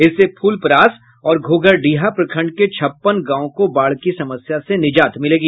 इससे फुलपरास और घोघराडीहा प्रखंड के छप्पन गांव को बाढ़ की समस्या से निजात मिलेगी